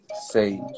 Sage